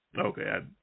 Okay